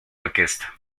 orquesta